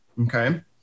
okay